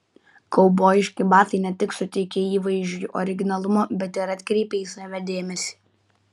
kaubojiški batai ne tik suteikia įvaizdžiui originalumo bet ir atkreipia į save dėmesį